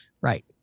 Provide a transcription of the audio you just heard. Right